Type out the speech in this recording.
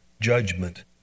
judgment